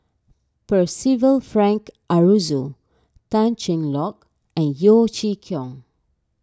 Percival Frank Aroozoo Tan Cheng Lock and Yeo Chee Kiong